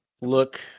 look